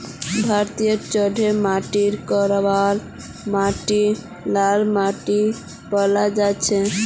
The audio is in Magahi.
भारतत जलोढ़ माटी कलवा माटी लाल माटी पाल जा छेक